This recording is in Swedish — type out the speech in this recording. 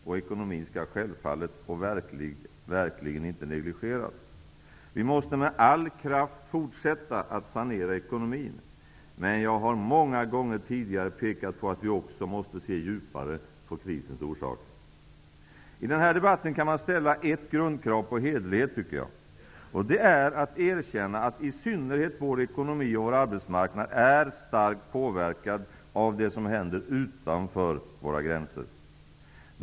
Och ekonomin skall självfallet verkligen inte negligeras, vi måste med all kraft fortsätta att sanera ekonomin. Men jag har många gånger tidigare pekat på att vi också måste se djupare på krisens orsaker. I den här debatten kan man ställa ett grundkrav på hederlighet, tycker jag, och det är att erkänna att i synnerhet vår ekonomi och vår arbetsmarknad är starkt påverkade av det som händer utanför våra gränser.